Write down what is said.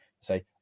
say